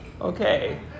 Okay